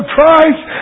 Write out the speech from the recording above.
Christ